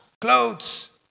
clothes